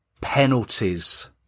Penalties